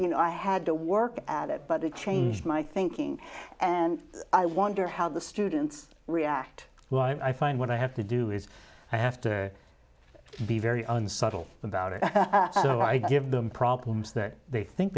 you know i had to work at it but it changed my thinking and i wonder how the students react well i find what i have to do is i have to be very unsubtle about it so i give them problems that they think